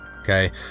Okay